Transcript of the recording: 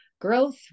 growth